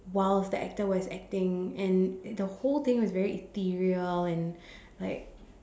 whilst the actor was acting and the whole thing was ethereal and like